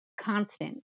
constant